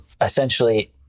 essentially